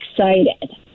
excited